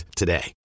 today